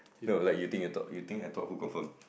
well like you think you talk you think I who confirm